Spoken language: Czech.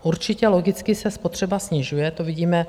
Určitě logicky se spotřeba snižuje, to vidíme.